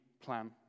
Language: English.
plan